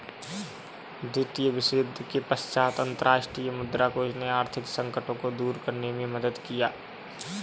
द्वितीय विश्वयुद्ध के पश्चात अंतर्राष्ट्रीय मुद्रा कोष ने आर्थिक संकटों को दूर करने में मदद किया